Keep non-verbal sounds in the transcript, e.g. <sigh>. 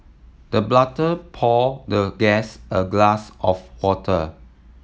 the <unintelligible> pour the guest a glass of water